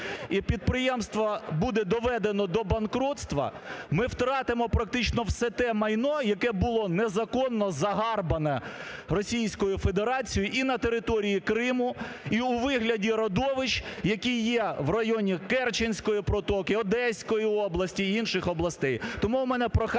і підприємства, буде доведено до банкротства, ми втратимо практично все те майно, яке було незаконно загарбане Російською Федерацією і на території Криму, і у вигляді родовищ, які є в районі Керченської протоки, Одеської області і інших областей.